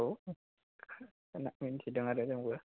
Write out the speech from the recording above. औ मिन्थिदों आरो जोंबो